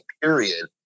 Period